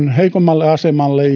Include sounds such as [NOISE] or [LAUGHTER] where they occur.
[UNINTELLIGIBLE] heikommalle asemalle [UNINTELLIGIBLE]